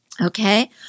Okay